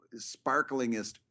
sparklingest